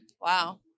wow